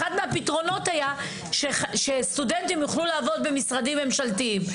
אחד מהפתרונות היה שסטודנטים יוכלו לעבוד במשרדים ממשלתיים.